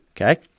Okay